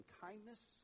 kindness